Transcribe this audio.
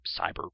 cyber